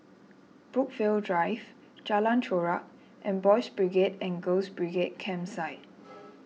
Brookvale Drive Jalan Chorak and Boys' Brigade and Girls' Brigade Campsite